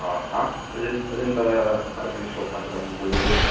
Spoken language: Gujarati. અ હા અજંતા કાર્પેની સોપમાંથી બોલી રહ્યો છું